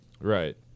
Right